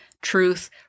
truth